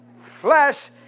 Flesh